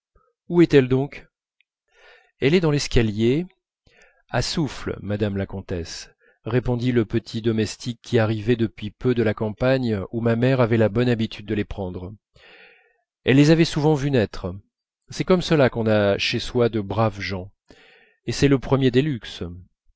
où est-elle donc elle est dans l'escalier a souffle madame la comtesse répond le petit domestique qui arrivait depuis peu de la campagne où ma mère avait la bonne habitude de les prendre elle les avait souvent vus naître c'est comme cela qu'on a chez soi de braves gens et c'est le premier des luxes